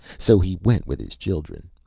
so he went with his children.